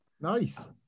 Nice